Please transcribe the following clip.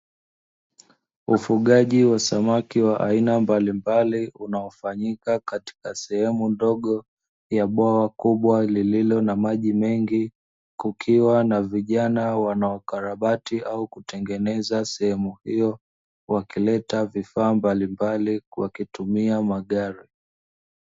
Ufugaji wa samaki wa aina mbalimbali unaofanyika katika sehemu ndogo ya bwawa kubwa lililo na maji mengi, kukiwa na vijana wanaokarabati au kutengeneza sehemu hiyo, wakileta vifaa mbalimbali wakitumia magari.